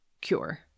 cure